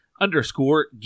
underscore